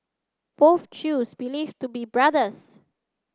both chews believed to be brothers